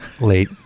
late